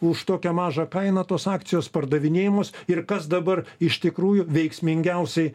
už tokią mažą kainą tos akcijos pardavinėjamos ir kas dabar iš tikrųjų veiksmingiausiai